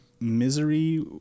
misery